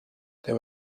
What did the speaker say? there